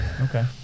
Okay